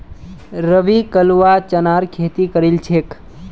रवि कलवा चनार खेती करील छेक